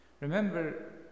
Remember